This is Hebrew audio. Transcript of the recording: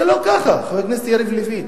זה לא ככה, חבר הכנסת יריב לוין.